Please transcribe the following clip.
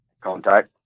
contact